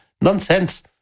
Nonsense